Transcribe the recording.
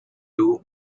doo